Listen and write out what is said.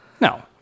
no